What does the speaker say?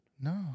no